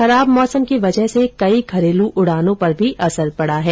खराब मौसम की वजह से कई घरेलु उडानों पर भी असर पड़ा है